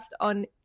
on